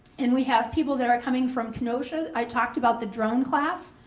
and we have people that are coming from kenosha. i talked about the drone class.